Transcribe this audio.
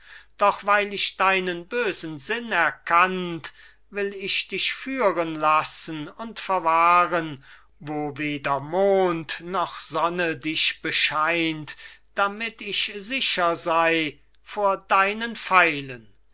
doch weil ich deinen bösen sinn erkannt will ich dich führen lassen und verwahren wo weder mond noch sonne dich bescheint damit ich sicher sei vor deinen pfeilen